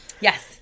Yes